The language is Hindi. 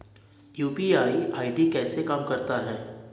यू.पी.आई आई.डी कैसे काम करता है?